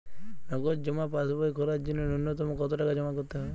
নগদ জমা পাসবই খোলার জন্য নূন্যতম কতো টাকা জমা করতে হবে?